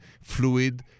fluid